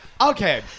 Okay